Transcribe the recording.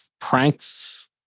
pranks